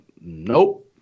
Nope